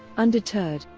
undeterred,